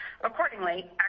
Accordingly